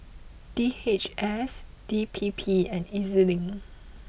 D H S D P P and Ez Link